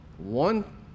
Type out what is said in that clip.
One